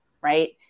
right